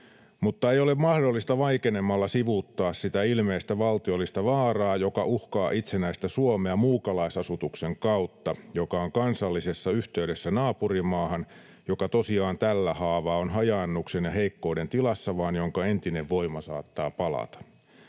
”Mutta ei ole mahdollista vaikenemalla sivuuttaa sitä ilmeistä valtiollista vaaraa, joka uhkaa itsenäistä Suomea muukalaisasutuksen kautta, joka on kansallisessa yhteydessä naapurimaahan, joka tosiaan tällä haavaa on hajaannuksen ja heikkouden tilassa, vaan jonka entinen voima saattaa palata.”